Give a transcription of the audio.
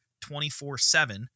24-7